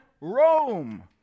Rome